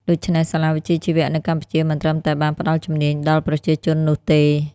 ដូច្នេះ សាលាវិជ្ជាជីវៈនៅកម្ពុជាមិនត្រឹមតែបានផ្តល់ជំនាញដល់ប្រជាជននោះទេ។